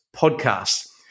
podcast